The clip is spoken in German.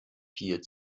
viel